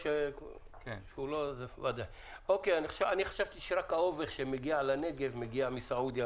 אני חשבתי שרק האובך שמגיע לנגב מגיע מסעודיה.